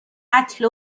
قتل